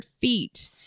feet